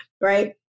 right